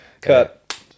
Cut